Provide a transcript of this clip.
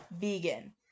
vegan